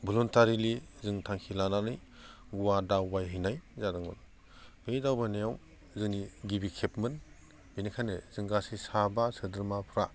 भलुनटारिलि जों थांखि लानानै गवा दावबायहैनाय जादोंमोन बै दावबायनायाव जोंनि गिबि खेबमोन बेनिखायनो जों गासै साबा सोद्रोमाफ्रा